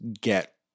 get